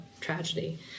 tragedy